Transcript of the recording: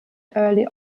early